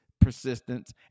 persistence